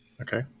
Okay